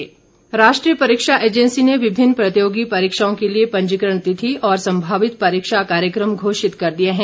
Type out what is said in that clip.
परीक्षा राष्ट्रीय परीक्षा एजेंसी ने विभिन्न प्रतियोगी परीक्षाओं के लिए पंजीकरण तिथि और संभावित परीक्षा कार्यक्रम घोषित कर दिए हैं